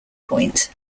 point